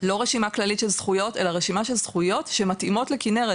לא רשימה כללית של זכויות אלא רשימה של זכויות שמתאימות לכנרת,